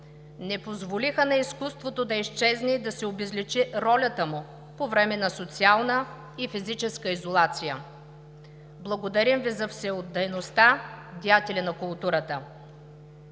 Не позволиха на изкуство да изчезне и да се обезличи ролята му във времето на социална и физическа изолация. Благодарим Ви за всеотдайността, деятели на културата!